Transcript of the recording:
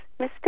Mr